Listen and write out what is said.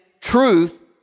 truth